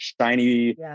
shiny